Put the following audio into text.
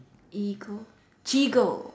eagle cheagle